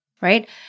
right